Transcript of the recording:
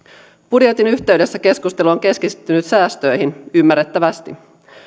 budjetin yhteydessä keskustelu on keskittynyt säästöihin ymmärrettävästi